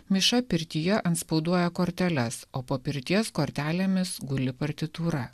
miša pirtyje antspauduoja korteles o po pirties kortelėmis guli partitūra